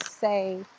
say